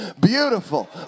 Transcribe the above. beautiful